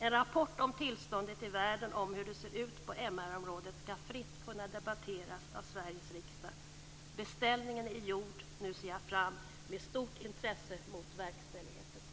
En rapport om tillståndet i världen om hur det ser ut på MR-området skall fritt kunna debatteras av Sveriges riksdag. Beställningen är gjord. Nu ser jag med stort intresse fram mot verkställigheten.